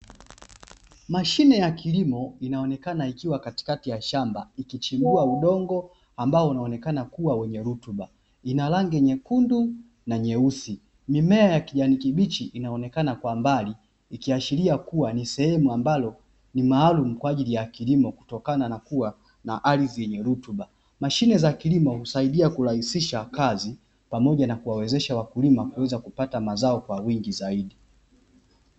Mashine ya kilimo inaonekana ikiwa katikati ya shamba ikichimbua udongo ambao inaonekana kua wenye rutuba ina rangi nyekundu na nyeusi, mimea ya kijani kibichi inaonekana kwa mbali ikiashiria kua ni sehemu ambayo ni maalumu kwa ajili ya kilimo kutokana na kua na ardhi yenye rutuba, mashine za kilimo husaidia kurahisisha kazi pamoja na kuwawezesha wakulima kuweza kupata mazao kwa wingi zaidi.